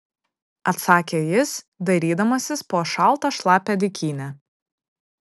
atsakė jis dairydamasis po šaltą šlapią dykynę